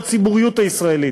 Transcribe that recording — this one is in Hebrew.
של הציבוריות הישראלית,